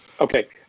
Okay